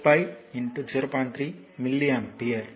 3 milli ampere